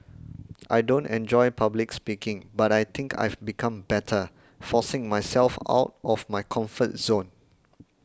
I don't enjoy public speaking but I think I've become better forcing myself out of my comfort zone